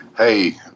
hey